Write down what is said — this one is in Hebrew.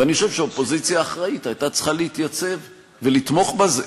ואני חושב שאופוזיציה אחראית הייתה צריכה להתייצב ולתמוך בזה,